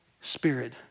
Spirit